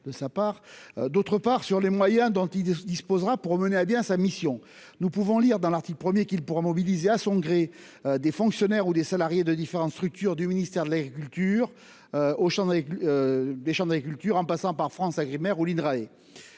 D'autre part sur les moyens dont il disposera pour mener à bien sa mission, nous pouvons lire dans l'article premier, qu'il pourra mobiliser à son gré des fonctionnaires ou des salariés de différentes structures du ministère de l'Agriculture. Au Auchan avec. Des chambres d'agriculture en passant par FranceAgriMer ou l'INRA